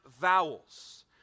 vowels